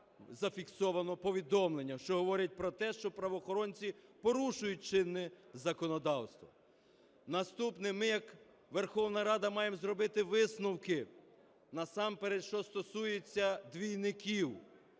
зафіксованого повідомлення, що говорить про те, що правоохоронці порушують чинне законодавство. Наступне. Ми як Верховна Рада маємо зробити висновки насамперед, що стосуються двійників.